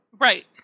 Right